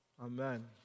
Amen